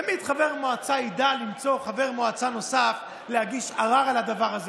תמיד חבר מועצה ידע למצוא חבר מועצה נוסף ולהגיש ערר על הדבר הזה,